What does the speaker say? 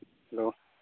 hello